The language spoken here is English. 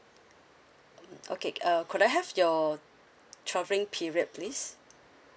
mm okay uh could I have your travelling period please